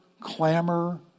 clamor